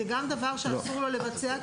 זה גם דבר שאסור לו לבצע?